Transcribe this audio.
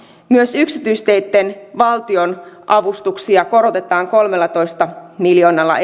myös yksityisteitten valtionavustuksia korotetaan kolmellatoista miljoonalla